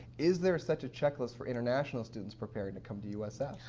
is there such a checklist for international students preparing to come to usf? oh,